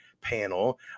Panel